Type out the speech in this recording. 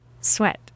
Sweat